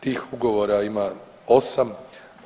Tih ugovora ima osam.